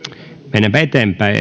mennäänpä eteenpäin